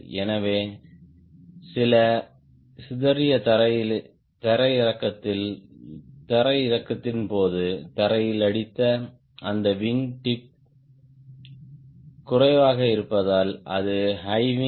எனவே சில சிதறிய தரையிறக்கத்தின் போது தரையில் அடித்த அந்த விங் டிப் குறைவாக இருப்பதால் இது ஹை விங்